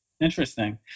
Interesting